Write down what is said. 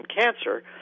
cancer